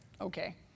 okay